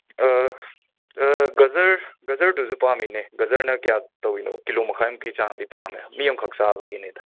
ꯒꯖꯔ ꯒꯖꯔꯗꯨꯁꯨ ꯄꯥꯝꯃꯦ ꯏꯅꯦ ꯒꯖꯔꯅ ꯀꯌꯥ ꯇꯧꯔꯤꯅꯣ ꯀꯤꯂꯣ ꯃꯈꯥꯏꯃꯨꯛꯀꯤ ꯆꯥꯡꯗꯤ ꯄꯥꯝꯃꯦ ꯃꯤ ꯑꯃꯈꯛ ꯆꯥꯕꯒꯤꯅꯤꯗ